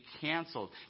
canceled